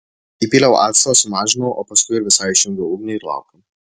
įpyliau acto sumažinau o paskui ir visai išjungiau ugnį ir laukiau